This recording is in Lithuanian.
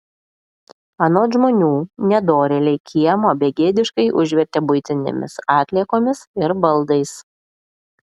anot žmonių nedorėliai kiemą begėdiškai užvertė buitinėmis atliekomis ir baldais